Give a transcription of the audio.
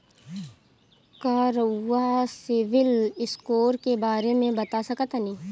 का रउआ CIBIL score के बारे में बता सकतानी?